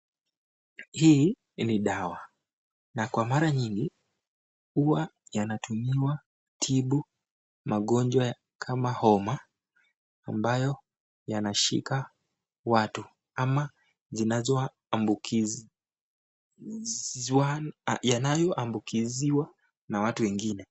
Hii ni dawa na kwa mara nyingi huwa yanatumiwa kutibu magonjwa kama homa ambayo yanashika watu ama zinazoambukiziwa na watu wengine.